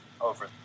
Over